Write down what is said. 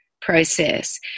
process